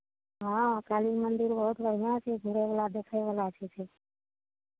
हँ काली मन्दिर बहुत बढ़िआँ छै घुरयवला देखयवला छथिन